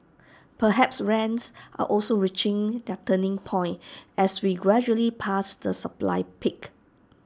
perhaps rents are also reaching their turning point as we gradually pass the supply peak